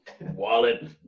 Wallet